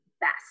best